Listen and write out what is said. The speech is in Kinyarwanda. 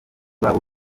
babo